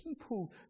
people